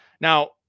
Now